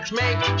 make